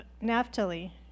Naphtali